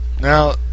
Now